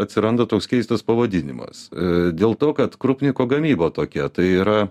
atsiranda toks keistas pavadinimas dėl to kad krupniko gamyba tokia tai yra